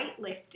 weightlifting